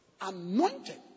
Anointed